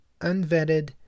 unvetted